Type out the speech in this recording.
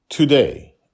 Today